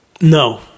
No